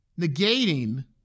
negating